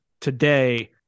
today